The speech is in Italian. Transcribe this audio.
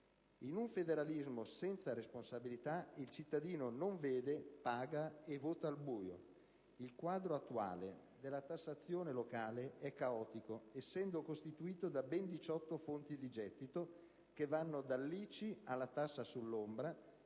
In un federalismo senza responsabilità, il cittadino non vede, paga e vota «al buio». Il quadro attuale della tassazione locale è caotico, essendo costituito da ben 18 fonti di gettito, che vanno dall'ICI alla «tassa sull'ombra»,